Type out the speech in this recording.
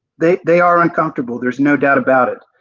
they they aren't comfortable, there is no doubt about it.